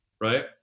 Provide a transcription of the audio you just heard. right